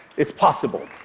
it's possible.